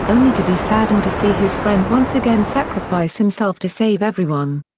only to be saddened to see his friend once again sacrifice himself to save everyone.